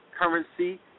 currency